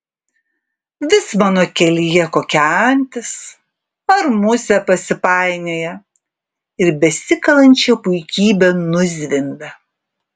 vis mano kelyje kokia antis ar musė pasipainioja ir besikalančią puikybę nuzvimbia